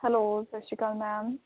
hello ਸਤਿ ਸ਼੍ਰੀ ਅਕਾਲ ਮੈਮ